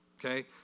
Okay